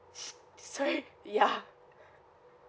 sorry ya